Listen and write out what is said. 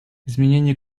изменение